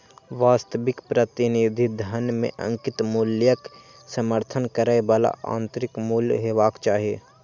वास्तविक प्रतिनिधि धन मे अंकित मूल्यक समर्थन करै बला आंतरिक मूल्य हेबाक चाही